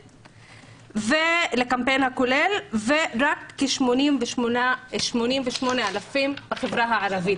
לקמפיין הכולל ורק כ-88 אלפי שקלים לחברה הערבית.